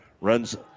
runs